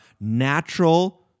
natural